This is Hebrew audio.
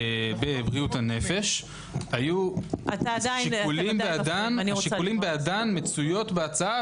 ובבריאות הנפש השיקולים בעדם מצויות בהצעה